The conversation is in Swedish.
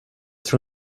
tror